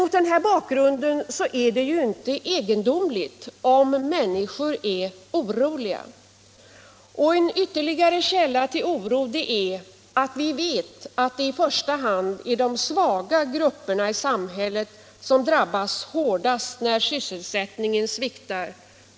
Mot denna bakgrund är det inte egendomligt om människor är oroliga. Och ytterligare en källa till oro är att vi vet att det i första hand är de svaga grupperna i samhället som drabbas hårdast när sysselsättningen sviktar.